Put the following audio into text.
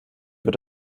wird